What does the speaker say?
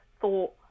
thought